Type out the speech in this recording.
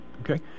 Okay